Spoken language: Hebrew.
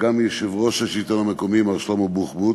וגם מיושב-ראש השלטון המקומי מר שלמה בוחבוט,